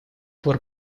пор